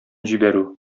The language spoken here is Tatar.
җибәрү